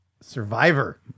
Survivor